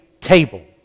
table